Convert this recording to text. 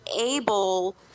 able